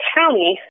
county